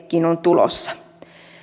kin on tulossa